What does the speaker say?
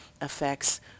affects